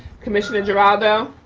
commissioner geraldo.